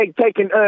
taking